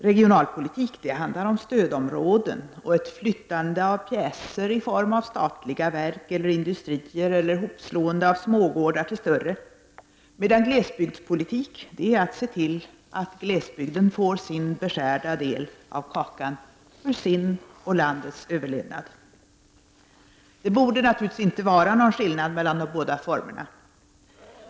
Regionalpolitik handlar om stödområden och ett flyttande av pjäser i form av statliga verk eller industrier eller hopslående av smågårdar till större, medan glesbygdspolitik, det är att se till att glesbygden får sin beskärda del av kakan för sin och landets överlevnad. Det borde naturligtvis inte vara någon skillnad mellan de båda formerna.